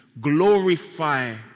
glorify